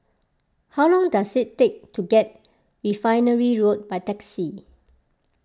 how long does it take to get Refinery Road by taxi